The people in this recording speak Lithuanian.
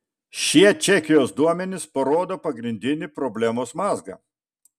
šie čekijos duomenys parodo pagrindinį problemos mazgą